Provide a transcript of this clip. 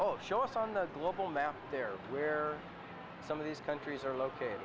oh show off on the global map there where some of these countries are located